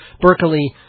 Berkeley